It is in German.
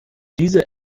diese